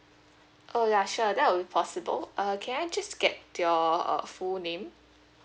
oh ya sure that will be possible uh can I just get your uh full name